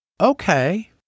Okay